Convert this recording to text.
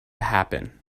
happen